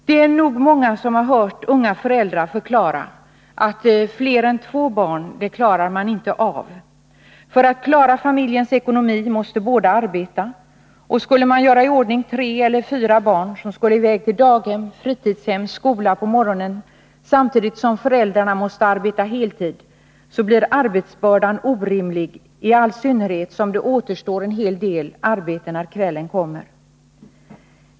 Det är nog många som har hört unga föräldrar förklara, att fler än två barn klarar de inte av. För att klara familjens ekonomi måste båda arbeta. Skall man på morgonen göra i ordning tre eller fyra barn som skall till daghem, fritidshem eller skola samtidigt som föräldrarna måste arbeta heltid, blir arbetsbördan orimlig, i all synnerhet som det återstår en hel del arbete när kvällen kommer.